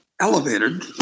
elevated